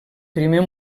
primer